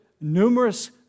numerous